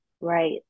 Right